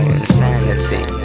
insanity